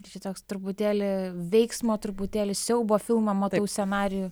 čia toks truputėlį veiksmo truputėlį siaubo filmo matau scenarijų